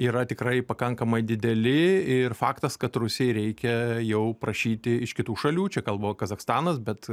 yra tikrai pakankamai dideli ir faktas kad rusijai reikia jau prašyti iš kitų šalių čia kalba kazachstanas bet